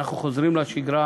אנחנו חוזרים לשגרה,